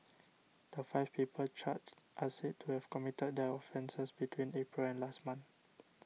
the five people charged are said to have committed their offences between April and last month